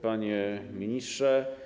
Panie Ministrze!